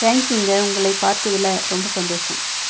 தேங்க்யூங்க உங்களை பார்த்ததில் ரொம்ப சந்தோஷம்